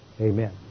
Amen